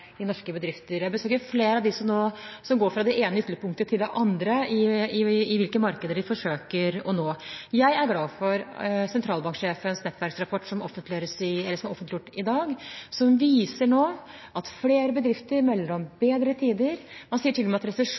i norske bedrifter. Jeg besøker flere av dem som går fra det ene ytterpunktet til det andre når det gjelder hvilke markeder de forsøker å nå. Jeg er glad for at sentralbankens nettverksrapport, som er offentliggjort i dag, viser at flere bedrifter melder om bedre tider. Man sier til og med at